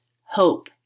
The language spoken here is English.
Hope